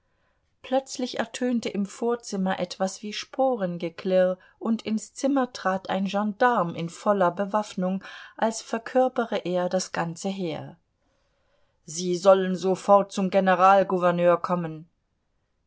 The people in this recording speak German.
plötzlich ertönte im vorzimmer etwas wie sporengeklirr und ins zimmer trat ein gendarm in voller bewaffnung als verkörpere er das ganze heer sie sollen sofort zum generalgouverneur kommen